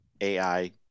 AI